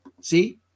See